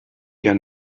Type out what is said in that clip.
der